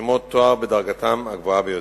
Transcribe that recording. ושמות תואר בדרגתם הגבוהה ביותר.